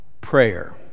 Prayer